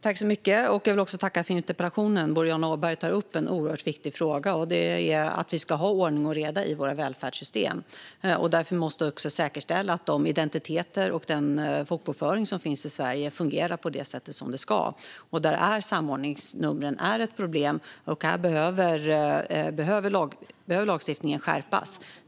Fru talman! Jag vill tacka för interpellationen. Boriana Åberg tar upp en oerhört viktig fråga. Vi ska ha ordning och reda i våra välfärdssystem. Därför måste vi säkerställa att de identiteter och den folkbokföring som finns i Sverige fungerar på det sätt som de ska. Där är samordningsnumren ett problem. Här behöver lagstiftningen skärpas.